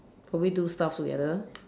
probably do stuff together